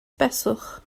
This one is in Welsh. beswch